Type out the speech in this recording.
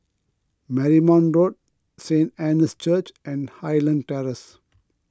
Marymount Road Saint Anne's Church and Highland Terrace